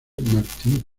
martín